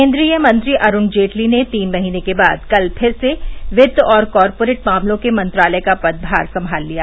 केन्द्रीय मंत्री अरूण जेटली ने तीन महीने के बाद कल फिर से वित्त और कॉर्पोरेट मामलों के मंत्रालय का पदभार संभाल लिया